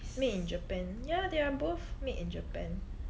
made in japan ya they are both made in japan